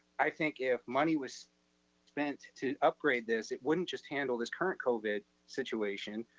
i think if money was spent to upgrade this, it wouldn't just handle this current covid situation,